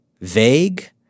vague